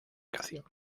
calcio